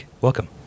welcome